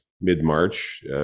mid-march